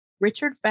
Richard